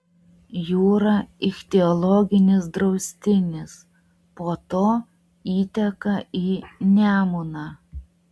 jūra ichtiologinis draustinis po to įteka į nemuną